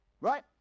right